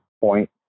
point